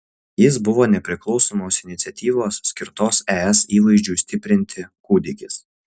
jis buvo nepriklausomos iniciatyvos skirtos es įvaizdžiui stiprinti kūdikis